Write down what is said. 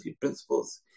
principles